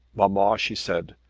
mamma, she said,